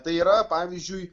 tai yra pavyzdžiui